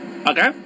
Okay